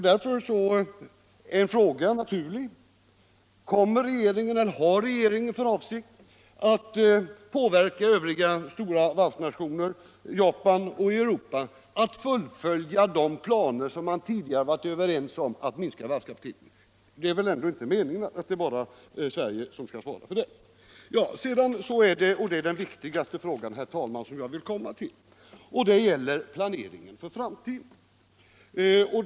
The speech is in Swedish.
Därför kommer frågan naturligt: Har regeringen för avsikt att påverka övriga stora varvsnationer — Japan och varvsnationerna i Europa — att fullfölja de planer på att — Nr 27 minska varvskapaciteten som nationerna tidigare varit överens om? Det Tisdagen den är väl ändå inte meningen att det bara är Sverige som skall svara för 16 november 1976 den minskningen? SR as rn EN Sedan gäller det — och det är den viktigaste frågan som jag vill komma Om varvsindustrins till — planeringen för framtiden.